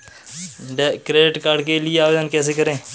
Credit card के लिए आवेदन कैसे करें?